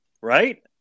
right